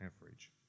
average